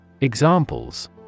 Examples